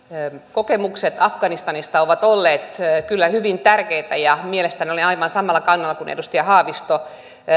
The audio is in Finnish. kokemukset afganistanista ovat olleet kyllä hyvin tärkeitä ja olen aivan samalla kannalla kuin edustaja haavisto